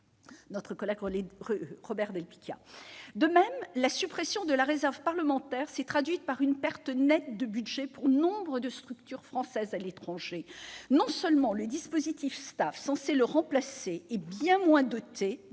et consignations. De même, la suppression de la réserve parlementaire s'est traduite par une perte nette de budget pour nombre de structures françaises à l'étranger. Non seulement le dispositif STAFE, censé la remplacer, est bien moins doté